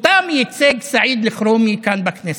אותם ייצג סעיד אלחרומי כאן, בכנסת.